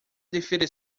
defeated